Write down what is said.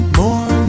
more